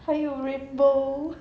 还有 rainbow